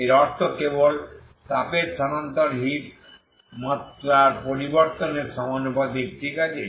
এর অর্থ কেবল তাপের স্থানান্তর হিট মাত্রার পরিবর্তনের সমানুপাতিক ঠিক আছে